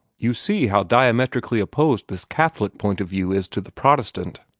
you see how diametrically opposed this catholic point of view is to the protestant.